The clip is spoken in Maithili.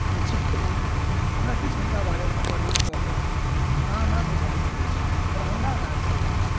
संक्षिप्तमे हमरा किछु हुनका बारेमे वर्णनकऽ कऽ अहाँ हमरा बुझा सकै छी दरभङ्गा राजके बारेमे